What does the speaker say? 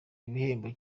ibihembo